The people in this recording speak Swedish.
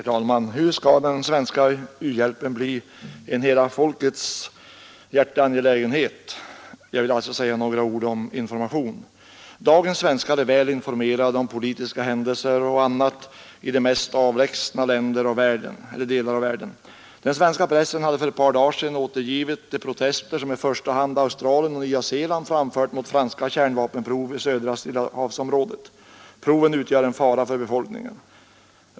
Herr talman! Hur skall den svenska u-hjälpen bli en hela folkets hjärteangelägenhet? Jag skall alltså säga några ord om informationen. Dagens svenskar är väl informerade om vad som händer i de mest avlägsna delar av världen. Den svenska pressen återgav för ett par dagar sedan de protester som i första hand Australien och Nya Zeeland framfört mot franska kärnvapenprov i södra Stillahavsområdet. Proven utgör en fara för befolkningen.